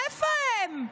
איפה הם?